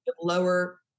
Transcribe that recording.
lower